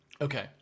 Okay